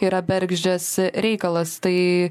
yra bergždžias reikalas tai